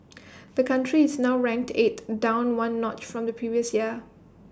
the country is now ranked eighth down one notch from the previous year